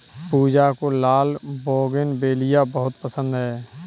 पूजा को लाल बोगनवेलिया बहुत पसंद है